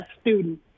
student